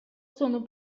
sono